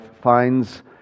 finds